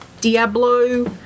diablo